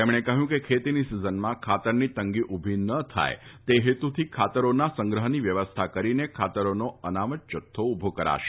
તેમણે કહ્યું કે ખેતીની સીઝનમાં ખાતરની તંગી ઉભી ન થાય તે હેતુથી ખાતરોના સંગ્રહની વ્યવસ્થા કરીને ખાતરોનો અનામત જથ્થો ઉભો કરાશે